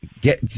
get